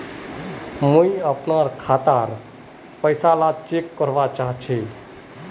मुई अपना खाता डार पैसा ला चेक करवा चाहची?